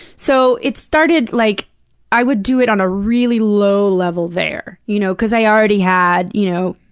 so it started like i would do it on a really low level there, you know cause i already had you know